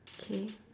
K